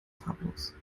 farblos